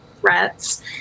threats